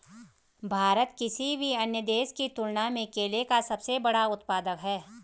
भारत किसी भी अन्य देश की तुलना में केले का सबसे बड़ा उत्पादक है